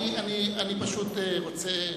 אני רוצה,